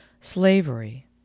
slavery